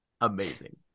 Amazing